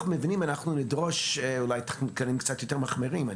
מבנים אנחנו נדרוש תקנים קצת יותר מחמירים,